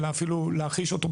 אלא אפילו להחיש אותו,